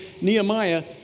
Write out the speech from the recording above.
Nehemiah